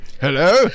hello